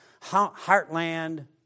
Heartland